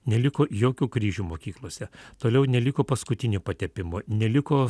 neliko jokių kryžių mokyklose toliau neliko paskutinio patepimo neliko